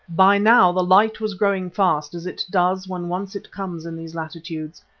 by now the light was growing fast, as it does when once it comes in these latitudes.